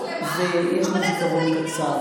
איזה פייק ניוז,